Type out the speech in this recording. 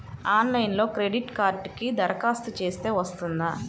ఆన్లైన్లో క్రెడిట్ కార్డ్కి దరఖాస్తు చేస్తే వస్తుందా?